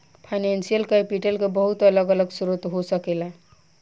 financial capital के बहुत अलग अलग स्रोत हो सकेला